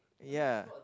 ya